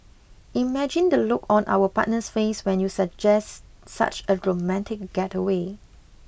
imagine the look on our partner's face when you suggest such a romantic getaway